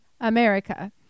America